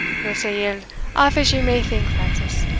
no sae ill aff as ye may think, francis.